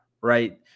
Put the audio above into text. right